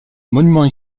monuments